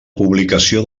publicació